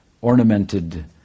ornamented